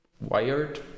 wired